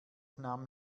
nahm